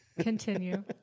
Continue